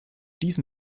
diesen